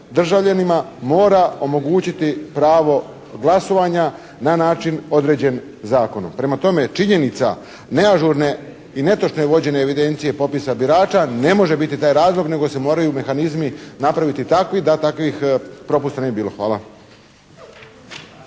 državljanima mora omogućiti pravo glasovanja na način određen zakonom. Prema tome, činjenica neažurne i netočne vođene evidencije popisa birača ne može biti taj razlog nego se moraju mehanizmi napraviti takvi da takvih propusta ne bi bilo. Hvala.